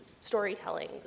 storytelling